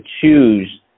choose